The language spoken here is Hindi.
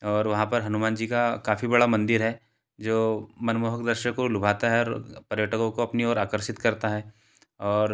और वहाँ पर हनुमान जी का काफ़ी बड़ा मंदिर है जो मनमोहक दृश्य को लुभाता है और पर्यटकों को अपनी ओर आकर्षित करता है और